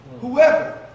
Whoever